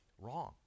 wrong